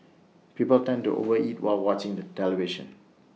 people tend to over eat while watching the television